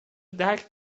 درک